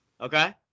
Okay